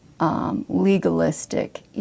legalistic